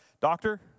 doctor